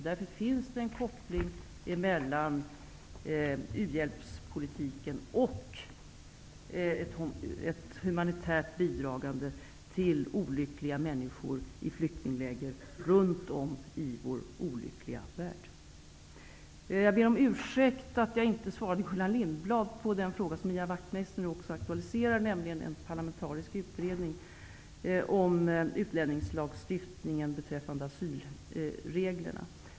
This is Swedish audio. Därför finns det en koppling mellan u-hjälpspolitik och humanitärt bidrag till olyckliga människor i flyktingläger runt om i vår olyckliga värld. Jag ber om ursäkt för att jag inte gav Gullan Lindblad svar direkt på den fråga som också Ian Wachtmeister nu aktualiserar, nämligen frågan om en parlamentarisk utredning om utlänningslagstiftningen beträffande asylreglerna.